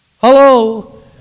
Hello